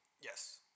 Yes